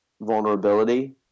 vulnerability